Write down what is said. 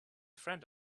friend